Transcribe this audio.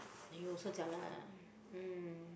you also jialat ah mm